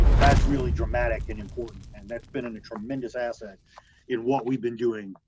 you know that's really dramatic and important and that's been and a tremendous asset in what we've been doing,